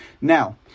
Now